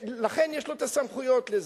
לכן יש לו הסמכויות לזה.